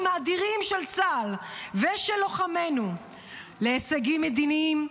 האדירים של צה"ל ושל לוחמינו להישגים מדיניים,